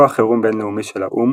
כוח חירום בינלאומי של האו"ם,